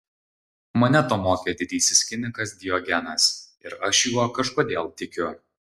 mane to mokė didysis kinikas diogenas ir aš juo kažkodėl tikiu